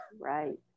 right